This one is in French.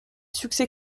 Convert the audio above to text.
succès